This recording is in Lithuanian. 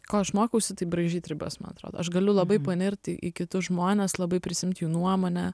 ko aš mokausi tai braižyt ribas man atrodo aš galiu labai panirt į į kitus žmones labai prisiimt jų nuomonę